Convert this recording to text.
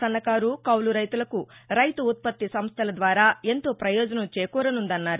సన్నకారు కౌలు రైతులకు రైతు ఉత్పత్తి సంస్థల ద్వారా ఎంతో ప్రయోజనం చేకూరనుందన్నారు